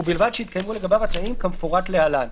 ובלבד שהתקיימו לגביו התנאים כמפורט להלן: